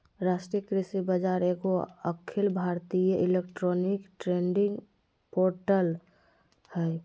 राष्ट्रीय कृषि बाजार एगो अखिल भारतीय इलेक्ट्रॉनिक ट्रेडिंग पोर्टल हइ